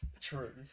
True